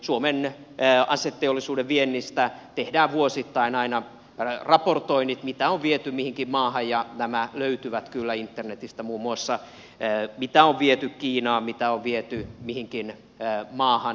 suomen aseteollisuuden viennistä tehdään vuosittain aina raportoinnit mitä on viety mihinkin maahan ja nämä löytyvät kyllä internetistä muun muassa mitä on viety kiinaan mitä on viety mihinkin maahan